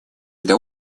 для